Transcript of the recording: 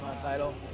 title